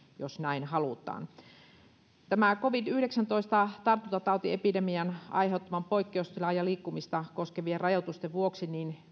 jos näin halutaan covid yhdeksäntoista tartuntatautiepidemian aiheuttaman poikkeustilan ja liikkumista koskevien rajoitusten vuoksi